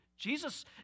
Jesus